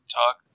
talk